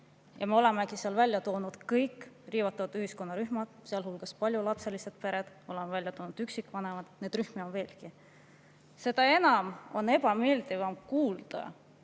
Me oleme seal välja toonud kõik riivatud ühiskonnarühmad, sealhulgas paljulapselised pered, oleme välja toonud üksikvanemad, neid rühmi on veel. Seda ebameeldivam on kuulda,